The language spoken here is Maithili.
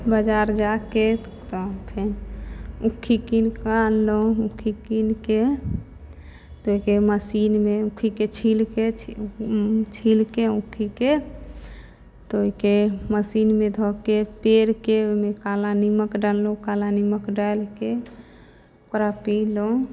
बजार जाके तहन फेन इख कीनिकऽ अनलहुॅं इख कीनिके ताहिके मशीनमे इखके छीलिके छीलिके उक्खिके तऽ ओइके मशीन मे धऽके पेड़ के ओइमे काला नीमक डाललौं काला नीमक डालिके ओकरा पीलौं